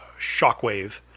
Shockwave